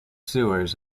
sewers